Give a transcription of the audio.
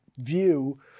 view